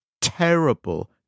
terrible